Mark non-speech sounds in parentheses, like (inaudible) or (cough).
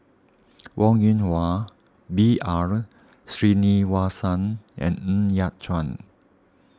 (noise) Wong Yoon Wah B R Sreenivasan and Ng Yat Chuan